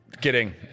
Kidding